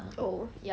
oh